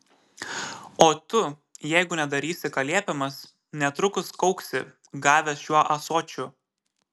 o tu jeigu nedarysi ką liepiamas netrukus kauksi gavęs šiuo ąsočiu